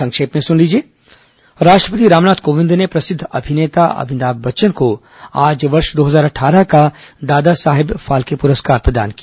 संक्षिप्त समाचार राष्ट्रपति रामनाथ कोविंद ने प्रसिद्ध अभिनेता अभिताम बच्चन को आज वर्ष दो हजार अट्ठारह का दादासाहेब फाल्के पुरस्कार प्रदान किया